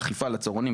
האכיפה על הצהרונים.